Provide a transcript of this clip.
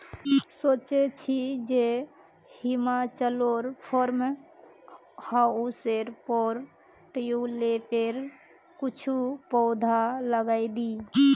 सोचे छि जे हिमाचलोर फार्म हाउसेर पर ट्यूलिपेर कुछू पौधा लगइ दी